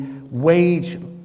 wage